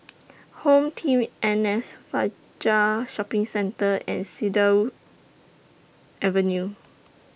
HomeTeam N S Fajar Shopping Centre and Cedarwood Avenue